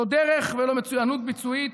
לא דרך ולא מצוינות ביצועית,